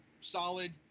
Solid